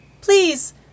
Please